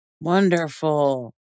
Wonderful